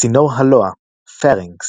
צינור הלוע – Pharynx